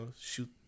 shoot